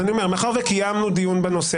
אני אומר שמאחר שקיימנו דיון בנושא